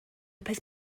peth